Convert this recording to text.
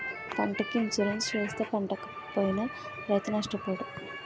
పంటకి ఇన్సూరెన్సు చేయిస్తే పంటపోయినా రైతు నష్టపోడు